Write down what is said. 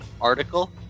article